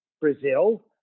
Brazil